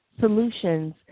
solutions